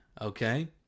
Okay